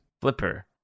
Flipper